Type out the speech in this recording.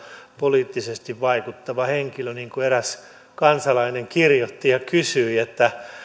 poliittisesti vaikuttava henkilö eräs kansalainen tästä kirjoitti ja kysyi